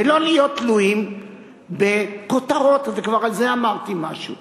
ולא להיות תלויים בכותרות, וכבר על זה אמרתי משהו.